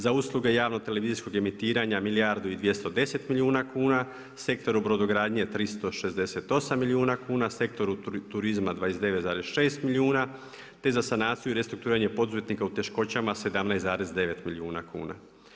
Za usluge javnog televizijskog emitiranja milijardu i 210 milijuna kuna, sektoru brodogradnje 368 milijuna kuna, sektoru turizma 29,6 milijuna kuna, te za sanaciju i restrukturiranje poduzetnika u teškoćama 17,9 milijuna kuna.